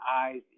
eyes